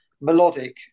melodic